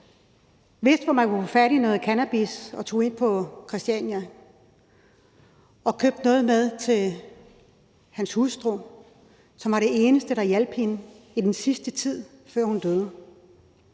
vidste, hvor man kunne få fat i noget cannabis, og tog ud på Christiania og købte noget til sin hustru. Det var det eneste, der hjalp hende den sidste tid, før hun døde.